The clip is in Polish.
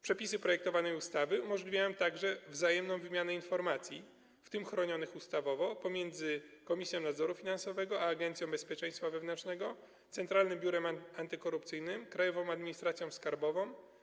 Przepisy projektowanej ustawy umożliwiają także wzajemną wymianę informacji, w tym chronionych ustawowo, pomiędzy Komisją Nadzoru Finansowego a Agencją Bezpieczeństwa Wewnętrznego, Centralnym Biurem Antykorupcyjnym, Krajową Administracją Skarbową,